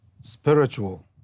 spiritual